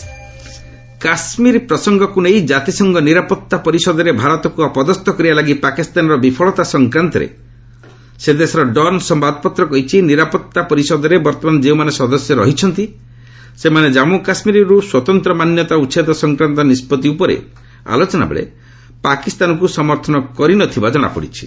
UNSC Pak Kashmir ପ୍ରସଙ୍ଗକୁ ନେଇ ଜାତିସଂଘ ନିରାପତ୍ତା ପରିଷଦରେ ଭାରତକୁ ଅପଦସ୍ତ କରିବାଲାଗି ପାକିସ୍ତାନର ବିଫଳତା ସଂକ୍ରାନ୍ତରେ ସେ ଦେଶର 'ଡନ୍' ସମ୍ଭାଦପତ୍ର କହିଛି ନିରାପତ୍ତା ପରିଷଦରେ ବର୍ତ୍ତମାନ ଯେଉଁମାନେ ସଦସ୍ୟ ରହିଛନ୍ତି ସେମାନେ କମ୍ମୁ କାଶ୍ମୀରରୁ ସ୍ୱତନ୍ତ୍ର ମାନ୍ୟତା ଉଚ୍ଛେଦ ସଂକ୍ରାନ୍ତ ନିଷ୍କଭି ଉପରେ ଆଲୋଚନାବେଳେ ପାକିସ୍ତାନକ୍ର ସମର୍ଥନ କରି ନ ଥିବା କଣାପଡ଼ିଛି